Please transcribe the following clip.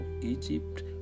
Egypt